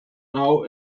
now